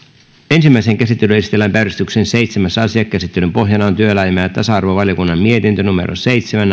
ensimmäiseen käsittelyyn esitellään päiväjärjestyksen seitsemäs asia käsittelyn pohjana on työelämä ja tasa arvovaliokunnan mietintö seitsemän